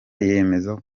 yemeza